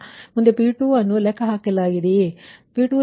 ಮುಂದೆ P2 ಅನ್ನು ಲೆಕ್ಕಹಾಕಲಾಗಿದೆಯೇ